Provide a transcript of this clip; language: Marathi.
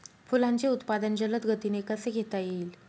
फुलांचे उत्पादन जलद गतीने कसे घेता येईल?